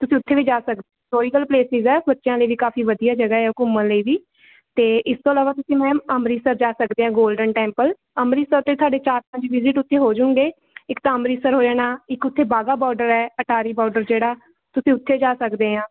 ਤੁਸੀਂ ਉੱਥੇ ਵੀ ਜਾ ਸਕਦੇ ਹਿਸਟੋਰੀਕਲ ਪਲੇਸਿਸ ਹੈ ਬੱਚਿਆਂ ਲਈ ਵੀ ਕਾਫੀ ਵਧੀਆ ਜਗ੍ਹਾ ਏ ਆ ਘੁੰਮਣ ਲਈ ਵੀ ਅਤੇ ਇਸ ਤੋਂ ਇਲਾਵਾ ਤੁਸੀਂ ਮੈਮ ਅੰਮ੍ਰਿਤਸਰ ਜਾ ਸਕਦੇ ਆ ਗੋਲਡਨ ਟੈਂਪਲ ਅੰਮ੍ਰਿਤਸਰ ਅਤੇ ਤੁਹਾਡੇ ਚਾਰ ਪੰਜ ਵਿਜਿਟ ਉੱਥੇ ਹੋਜੂਗੇ ਇੱਕ ਤਾਂ ਅੰਮ੍ਰਿਤਸਰ ਹੋ ਜਾਣਾ ਇੱਕ ਉੱਥੇ ਬਾਘਾ ਬੋਡਰ ਹੈ ਅਟਾਰੀ ਬੋਡਰ ਜਿਹੜਾ ਤੁਸੀਂ ਉੱਥੇ ਜਾ ਸਕਦੇ ਆ